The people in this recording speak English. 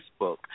Facebook